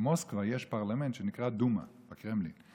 במוסקבה יש פרלמנט שנקרא דומה, בקרמלין.